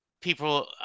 people